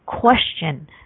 question